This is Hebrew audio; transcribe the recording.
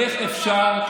איך אפשר,